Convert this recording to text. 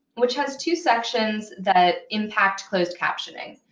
which has two sections that impact closed captioning.